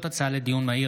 הדין לעררים),